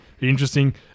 Interesting